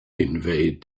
invade